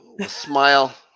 Smile